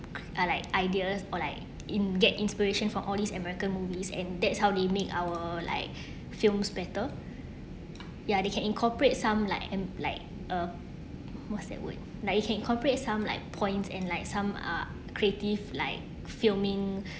uh like ideas or like in get inspiration from all these american movies and that's how they make our like films better ya they can incorporate some like and like uh what's that word like it can incorporate some like points and like some uh creative like filming